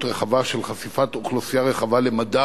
רחבה של חשיפת אוכלוסיות רחבות למדע